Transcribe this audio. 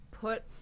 put